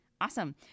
awesome